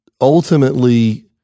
ultimately